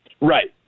Right